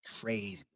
crazy